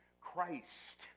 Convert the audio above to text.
Christ